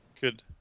Good